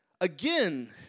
again